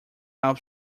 help